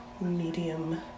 medium